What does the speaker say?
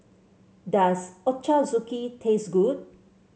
does Ochazuke taste good